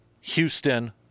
Houston